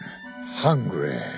hungry